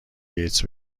گیتس